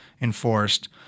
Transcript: enforced